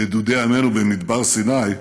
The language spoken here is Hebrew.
נדודי עמנו במדבר סיני,